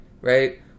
Right